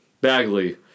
Bagley